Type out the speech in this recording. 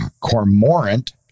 cormorant